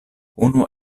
unu